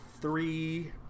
three